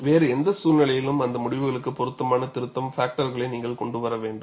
வேறு எந்த சூழ்நிலையிலும் அந்த முடிவுகளுக்கு பொருத்தமான திருத்தம் பாக்டர்களை நீங்கள் கொண்டு வர வேண்டும்